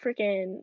freaking